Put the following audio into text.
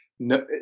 No